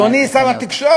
אדוני שר התקשורת.